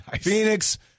Phoenix